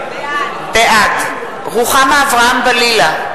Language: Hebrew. בעד רוחמה אברהם-בלילא,